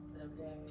Okay